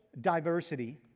diversity